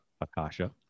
Akasha